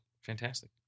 fantastic